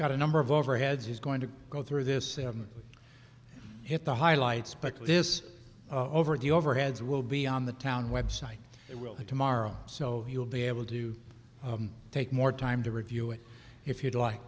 got a number of overheads he's going to go through this hit the highlights but this over the overheads will be on the town website tomorrow so you'll be able to take more time to review it if you'd like